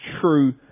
true